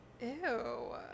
Ew